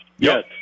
Yes